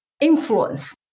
influence